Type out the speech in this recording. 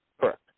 Correct